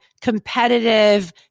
competitive